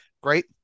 Great